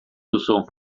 duzu